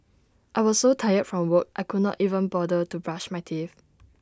I was so tired from work I could not even bother to brush my teeth